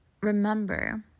remember